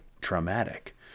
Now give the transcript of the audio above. traumatic